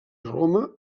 roma